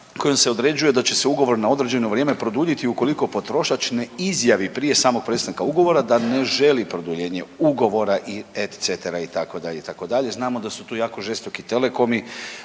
kojom se određuje da će ugovor na određeno vrijeme produljiti ukoliko potrošač ne izjavi prije samog prestanka ugovora da ne želi produljenje ugovora i … itd., itd. znamo da su tu jako žestoki telekomi,